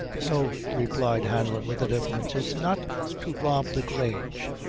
no! replied hanlon with indifference it is not to rob the grange.